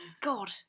God